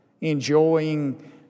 enjoying